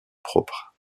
propre